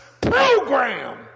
program